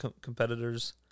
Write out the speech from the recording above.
competitors